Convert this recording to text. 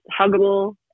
huggable